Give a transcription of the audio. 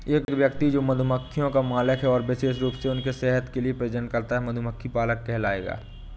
एक व्यक्ति जो मधुमक्खियों का मालिक है और विशेष रूप से उनके शहद के लिए प्रजनन करता है, मधुमक्खी पालक कहलाता है